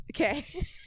Okay